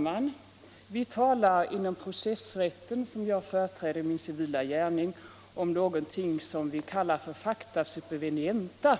Fru talman! Inom processrätten, där jag har min civila gärning, talar vi om någonting som vi kallar för facta supervenienta.